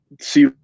see